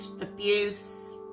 abuse